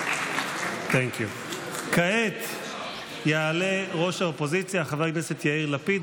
(מחיאות כפיים) כעת יעלה ראש האופוזיציה חבר הכנסת יאיר לפיד,